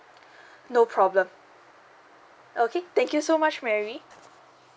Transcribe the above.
no problem okay thank you so much mary